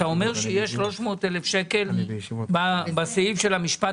אתה אומר שיש 300 אלף שקלים בסעיף של המשפט